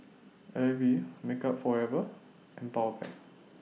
AIBI Makeup Forever and Powerpac